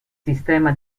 sistema